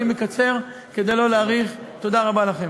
אני מקצר, תודה רבה לכם.